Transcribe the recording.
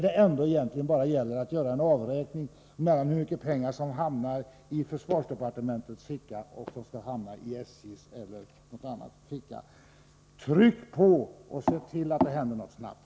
Det gäller egentligen bara att räkna ut hur mycket pengar som hamnar hos försvarsdepartementet, hur mycket som hamnar hos SJ eller hos någon annan. Tryck på och se till att det händer någonting snart!